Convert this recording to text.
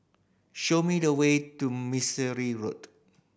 show me the way to Mistri Road